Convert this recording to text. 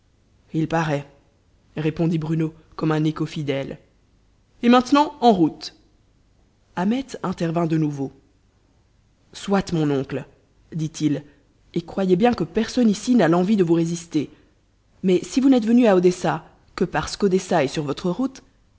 il paraît répondit bruno comme un écho fidèle et maintenant en route ahmet intervint de nouveau soit mon oncle dit-il et croyez bien que personne ici n'a l'envie de vous résister mais si vous n'êtes venu à odessa que parce qu'odessa est sur votre route